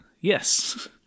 Yes